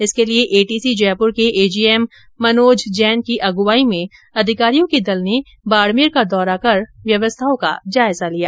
इसके लिए एटीसी जयपुर के एजीएम मनोज जैन की अगुवाई में अधिकारियों के दल ने बाड़मेर का दौरा कर व्यवस्थाओं का जायजा लिया